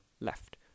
left